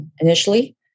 initially